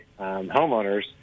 homeowners